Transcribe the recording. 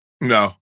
No